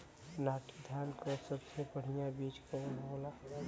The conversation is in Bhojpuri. नाटी धान क सबसे बढ़िया बीज कवन होला?